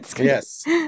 yes